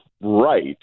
right